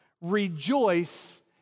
rejoice